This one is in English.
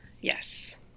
Yes